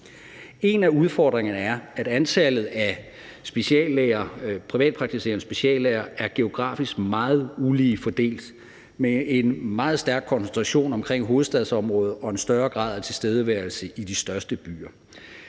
En af udfordringerne er, at antallet af privatpraktiserende speciallæger geografisk er meget ulige fordelt med en meget stærk koncentration omkring hovedstadsområdet og en større grad af tilstedeværelse i de største byer.